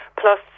Plus